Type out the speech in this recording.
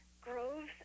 Grove's